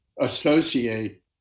associate